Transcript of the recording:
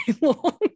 long